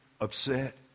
upset